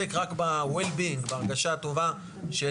מתעסקים רק בוול בינג, בהרגשה הטובה של